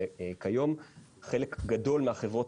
וכיום חלק גדול מהחברות,